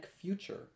Future